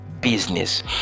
business